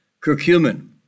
curcumin